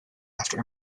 after